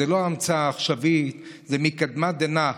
זאת לא המצאה עכשווית, זה מקדמת דנא.